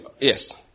Yes